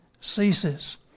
ceases